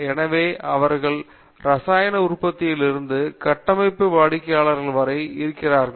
எனவே அவர்கள் ரசாயன உற்பத்தியில் இருந்து கட்டமைப்பு வடிவமைப்பாளர்கள் வரை இருக்கிறார்கள்